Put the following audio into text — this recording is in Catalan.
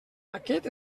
aquest